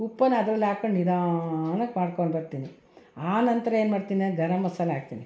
ಉಪ್ಪನ್ನು ಅದ್ರಲ್ಲಿ ಹಾಕೊಂಡು ನಿಧಾನಕ್ಕೆ ಮಾಡ್ಕೊಂಡಿರ್ತೀನಿ ಆ ನಂತರ ಏನ್ಮಾಡ್ತೀನಿ ನಾನು ಗರಮ್ ಮಸಾಲ ಹಾಕ್ತೀನಿ